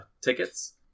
tickets